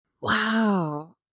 Wow